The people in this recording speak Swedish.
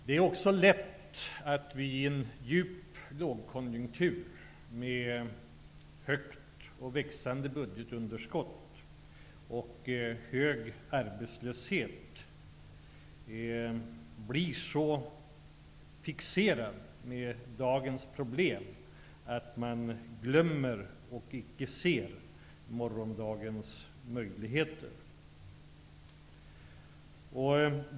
Det är också lätt att i en djup lågkonjunktur med högt och växande budgetunderskott och hög arbetslöshet bli så fixerad vid dagens problem att man glömmer eller icke ser morgondagens möjligheter.